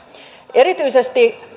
erityisesti